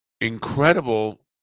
incredible